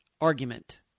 argument